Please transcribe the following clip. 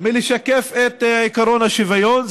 מלשקף את עקרון השוויון.